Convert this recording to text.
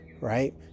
right